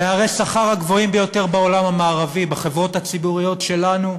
פערי השכר הגבוהים ביותר בעולם המערבי הם בחברות הציבוריות שלנו,